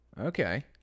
Okay